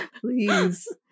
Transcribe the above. Please